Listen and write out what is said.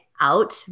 out